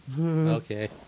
Okay